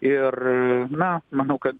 ir na manau kad